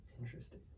interesting